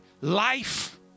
life